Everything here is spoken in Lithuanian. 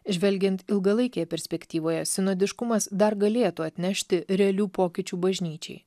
žvelgiant ilgalaikėje perspektyvoje sinodiškumas dar galėtų atnešti realių pokyčių bažnyčiai